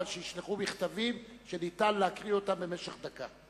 אבל שישלחו מכתבים שניתן להקריא אותם במשך דקה.